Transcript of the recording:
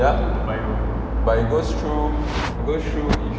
ya but it goes through it goes through yishun [what]